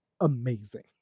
amazing